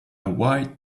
white